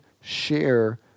share